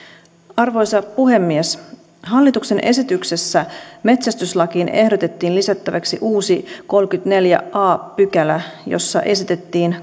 arvoisa puhemies hallituksen esityksessä metsästyslakiin ehdotettiin lisättäväksi uusi kolmaskymmenesneljäs a pykälä jossa esitettiin